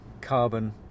carbon